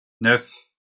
neuf